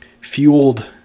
fueled